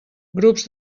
grups